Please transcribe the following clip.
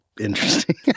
interesting